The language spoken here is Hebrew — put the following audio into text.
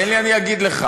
תן לי, אני אגיד לך.